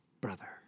brother